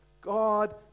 God